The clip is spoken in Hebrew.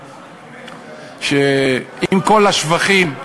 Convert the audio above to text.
שעם כל השבחים,